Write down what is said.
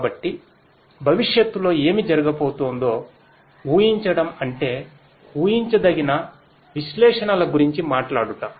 కాబట్టి భవిష్యత్తులో ఏమి జరగబోతుందో ఊహించడం అంటే ఉహించదగిన విశ్లేషణలగురించిమాట్లాడుట